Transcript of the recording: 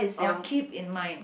or keep in mind